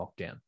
lockdown